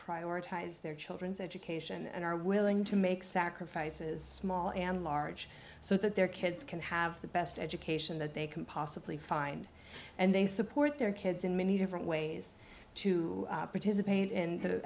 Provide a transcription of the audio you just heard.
prioritize their children's education and are willing to make sacrifices small and large so that their kids can have the best education that they can possibly find and they support their kids in many different ways to participate in